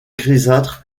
grisâtre